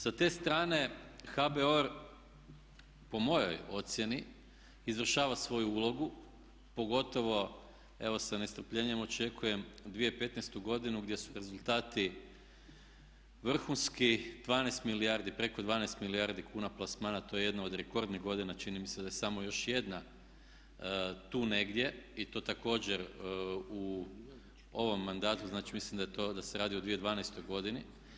Sa te strane HBOR po mojoj ocjeni izvršava svoju ulogu pogotovo evo sa nestrpljenjem očekujem 2015.godinu gdje su rezultati vrhunski 12 milijardi, preko 12 milijardi kuna plasmana, to je jedno od rekordnih godina, čini mi se da je samo još jedna tu negdje i to također u ovom mandatu, znači mislim da se radi o 2012.godini.